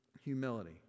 humility